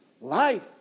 life